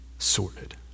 sorted